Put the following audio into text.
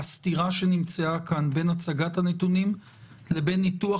הסתירה שנמצאה כאן בין הצגת הנתונים לבין ניתוח